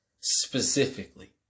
specifically